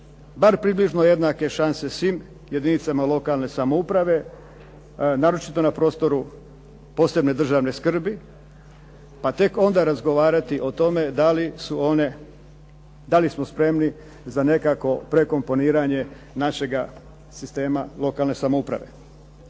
bar približno jednake šanse svim jedinicama lokalne samouprave naročito na prostoru posebne državne skrbi, pa tek onda razgovarati o tome da li smo spremni za nekakvo prekomponiranje našega sistema lokalne samouprave.